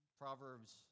Proverbs